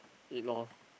eat loh